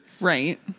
Right